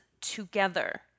together